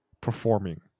performing